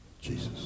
Jesus